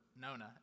Nona